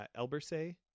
Elbersay